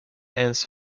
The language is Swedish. ens